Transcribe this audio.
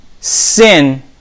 sin